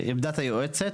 עמדת היועצת,